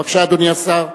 בבקשה, אדוני השר.